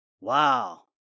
Wow